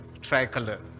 tricolor